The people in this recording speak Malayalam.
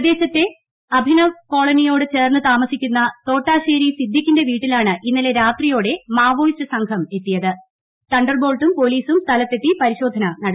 പ്രദേശത്തെ അഭിനവ് കോള്ളനിയോട് ചേർന്ന് താമസിക്കുന്ന തോട്ടാശ്ശേരി സിദ്ധീഖിന്റെ ്രവീട്ടീലാണ് ഇന്നലെ രാത്രിയോടെ മാവോയിസ്റ്റ് സംഘമെത്തിയുത് തണ്ടർബോൾട്ടും പോലീസും സ്ഥലത്തെത്തി പരിശോക്യുക്ക് നടത്തി